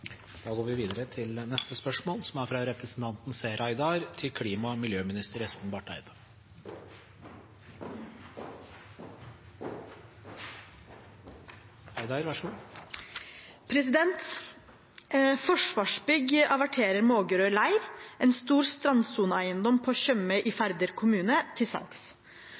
Da går vi videre til spørsmål 7. «Forsvarsbygg averterer på finn.no Mågerø leir, en stor strandsoneeiendom på Tjøme i Færder kommune, til salgs.